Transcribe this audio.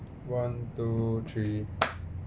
one two three